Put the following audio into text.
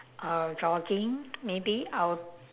uh jogging maybe I will